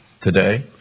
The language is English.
today